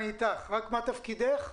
הזכרתם בתחילת הישיבה